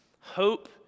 hope